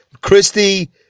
Christie